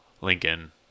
Lincoln